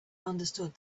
understood